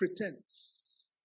pretense